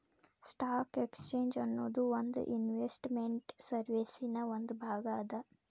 stock exchange ಅನ್ನೊದು ಒಂದ್ investment ಸರ್ವೇಸಿನ್ ಒಂದ್ ಭಾಗ ಅದ